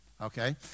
Okay